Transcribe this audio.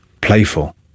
playful